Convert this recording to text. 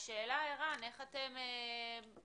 השאלה, ערן, איך